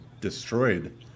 destroyed